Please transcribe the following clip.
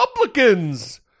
Republicans